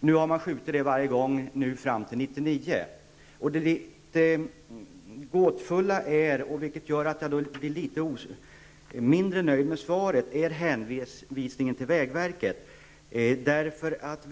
om, men man har skjutit på beslutet varje gång, och nu senast fram till år 1999. Det som gör att jag är mindre nöjd med svaret är hänvisningen till vägverket. Den är litet gåtfull.